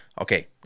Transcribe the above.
Okay